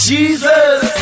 Jesus